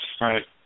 Right